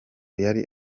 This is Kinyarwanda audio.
yari